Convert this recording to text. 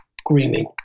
screaming